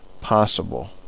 possible